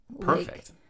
perfect